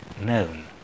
known